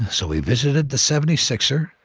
so we visited the seventy six er.